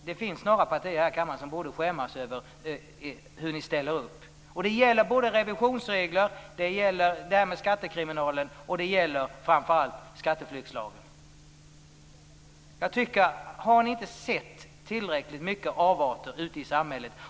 Det finns några partier här i kammaren som borde skämmas över hur de ställer upp när det gäller revisionsregler, detta med skattekriminalen och framför allt skatteflyktslagen. Har ni inte sett tillräckligt många avarter ute i samhället?